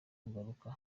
kugaruka